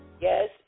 yes